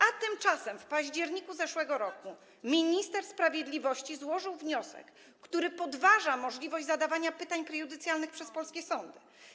A tymczasem w październiku ub.r. minister sprawiedliwości złożył wniosek, który podważa możliwość zadawania pytań prejudycjalnych przez polskie sądy.